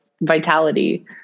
vitality